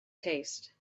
taste